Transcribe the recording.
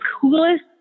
coolest